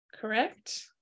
Correct